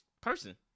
Person